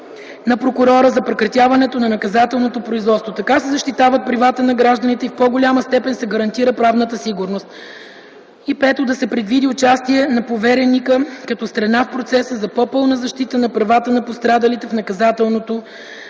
на прокурора за прекратяването на наказателното производство – така се защитават правата на гражданите и в по-голяма степен се гарантира правната сигурност; 5) да се предвиди участие на повереника като страна в процеса за по-пълна защита на правата на пострадалите в наказателното производство.